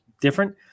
different